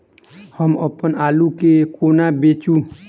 हम अप्पन आलु केँ कोना बेचू?